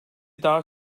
daha